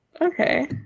Okay